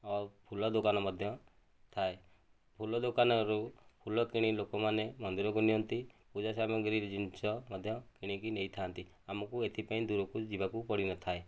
ଆଉ ଫୁଲ ଦୋକାନ ମଧ୍ୟ ଥାଏ ଫୁଲ ଦୋକାନରୁ ଫୁଲ କିଣି ଲୋକମାନେ ମନ୍ଦିରକୁ ନିଅନ୍ତି ପୂଜା ସାମଗ୍ରୀ ଜିନିଷ ମଧ୍ୟ କିଣିକି ନେଇଥାନ୍ତି ଆମକୁ ଏଥିପାଇଁ ଦୂରକୁ ଯିବାକୁ ପଡ଼ିନଥାଏ